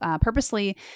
purposely